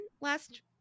last